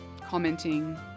commenting